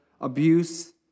abuse